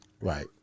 Right